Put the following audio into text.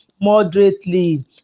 moderately